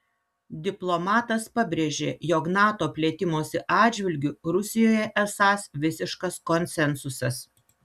diplomatas pabrėžė jog nato plėtimosi atžvilgiu rusijoje esąs visiškas konsensusas